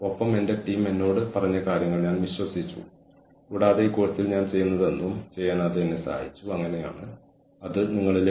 അതിനാൽ പെരുമാറ്റം നിയന്ത്രിക്കൽ പെരുമാറ്റം നിരീക്ഷിക്കൽ പ്രകടന മൂല്യനിർണ്ണയങ്ങൾ ശമ്പള സംവിധാനങ്ങൾ പെരുമാറ്റ ഏകോപനം മുതലായവയും